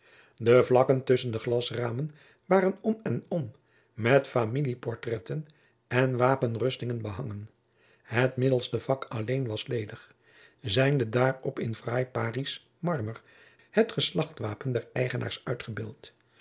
de vakken tusschen de glasramen waren om en om met familieportretten en wapenrustingen behangen het middelste vak alleen was ledig zijnde daarop in fraai parisch marmer het geslachtwapen der eigenaars